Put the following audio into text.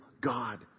God